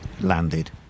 landed